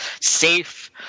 safe